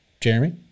Jeremy